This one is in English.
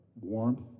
warmth